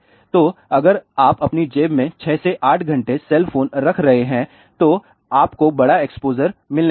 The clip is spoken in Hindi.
तो अगर आप अपनी जेब में 6 से 8 घंटे सेल फोन रख रहे हैं तो आपको बड़ा एक्सपोजर मिलने वाला है